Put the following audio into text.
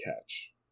catch